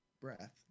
breath